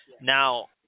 Now